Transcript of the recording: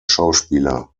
schauspieler